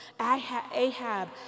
Ahab